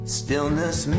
stillness